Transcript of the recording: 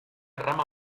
rama